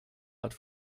hat